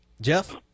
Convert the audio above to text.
Jeff